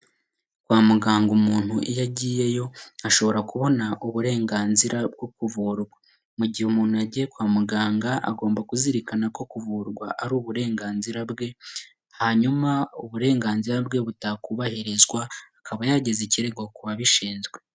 Kwa muganga iyi umuntu agiyeyo ashobora kubona uburenganzira bwo kuvurwa mugihe umuntu yagiye kwa muganga agomba kuzirikanako kuvurwa ari uburenganzira bwe hanyuma uburenganzira bwe butakubahirizwa akaba yageza ikirego kubabishizwe.